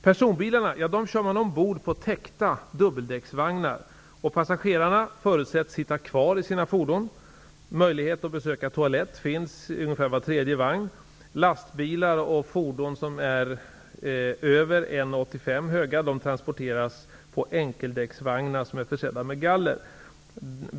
Personbilarna körs ombord på täckta dubbeldäcksvagnar, och passagerarna förutsätts sitta kvar i sina fordon. Möjlighet att besöka toalett finns i ungefär var tredje vagn. Lastbilar och fordon som är högre än 1,85 m transporteras på enkeldäcksvagnar som är försedda med galler.